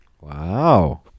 Wow